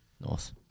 North